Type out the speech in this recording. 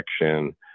protection